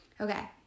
Okay